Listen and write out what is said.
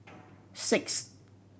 six